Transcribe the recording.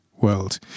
world